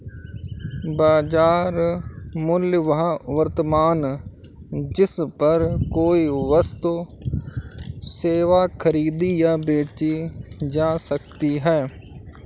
बाजार मूल्य वह वर्तमान जिस पर कोई वस्तु सेवा खरीदी या बेची जा सकती है